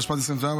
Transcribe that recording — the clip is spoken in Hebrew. התשפ"ד 2024,